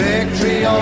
Victory